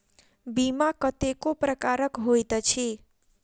बीमा कतेको प्रकारक होइत अछि